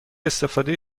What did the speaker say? استفاده